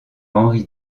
henri